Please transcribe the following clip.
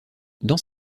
dans